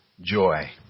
joy